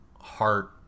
heart